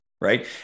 right